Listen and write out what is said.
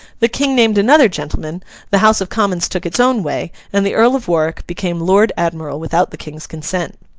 the king named another gentleman the house of commons took its own way, and the earl of warwick became lord admiral without the king's consent.